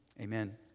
amen